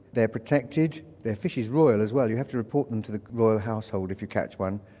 they're protected. their fish is royal as well, you have to report them to the royal household if you catch one.